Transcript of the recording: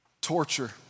torture